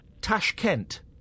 Tashkent